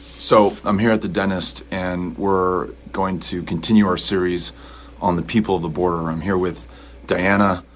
so i'm here at the dentist. and we're going to continue our series on the people of the border. i'm here with diana.